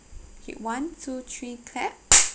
okay one two three clap